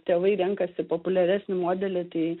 tėvai renkasi populiaresnį modelį tai